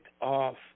off